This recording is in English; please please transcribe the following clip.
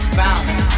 bounce